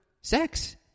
sex